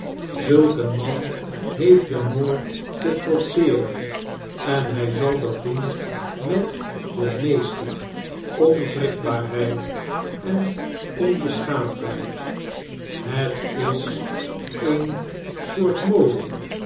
een man heeft den moord te trotseeren en hjj zal dat doen met de meeste onwrikbaarheid en onbeschaamdheid het is een soort mode